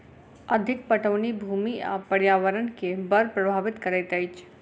अधिक पटौनी भूमि आ पर्यावरण के बड़ प्रभावित करैत अछि